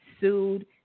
sued